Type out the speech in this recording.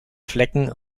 flecken